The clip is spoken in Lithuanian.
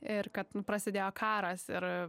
ir kad prasidėjo karas ir